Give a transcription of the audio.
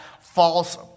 false